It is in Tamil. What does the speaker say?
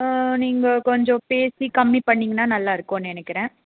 ஆ நீங்கள் கொஞ்சம் பேசி கம்மி பண்ணீங்கன்னா நல்லாயிருக்கும் நினைக்கிறேன்